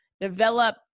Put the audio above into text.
develop